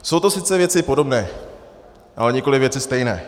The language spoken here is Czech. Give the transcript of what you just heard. Jsou to sice věci podobné, ale nikoli věci stejné.